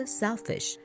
selfish